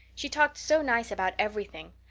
she talked so nice about everything.